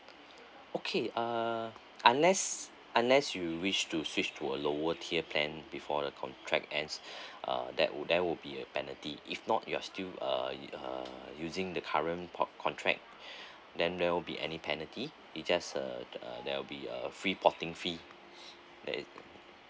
okay uh unless unless you wish to switch to a lower tier plan before the contract ends uh that would there will be a penalty if not you're still uh uh using the current pop contract then there will be any penalty it just uh uh there will be a free porting fee that is